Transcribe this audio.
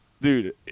dude